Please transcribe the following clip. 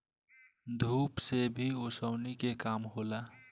सूप से भी ओसौनी के काम होला